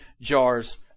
jars